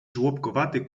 żłobkowaty